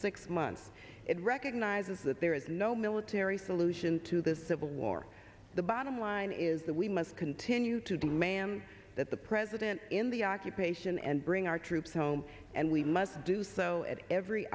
six months it recognizes that there is no military solution to the civil war the bottom line is that we must continue to demand that the president in the iraq nation and bring our troops home and we must do so at every